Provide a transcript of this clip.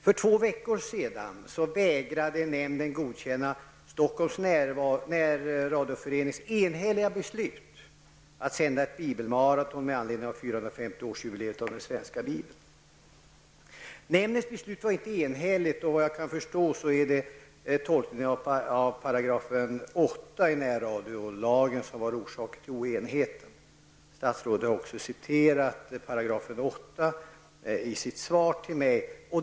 För två veckor sedan vägrade nämnden godkänna Stockholms närradioförenings enhälliga beslut att sända ett bibelmaraton med anledning av 450-årsjubileumet av den svenska bibeln. Nämndens beslut var inte enhälligt, och vad jag kan förstå gäller det tolkningen av 8 § i närradiolagen. Statsrådet refererade till 8 § i sitt svar till mig.